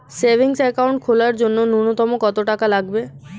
Savings account খোলার জন্য নূন্যতম কত টাকা লাগবে?